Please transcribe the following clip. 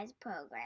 program